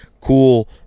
Cool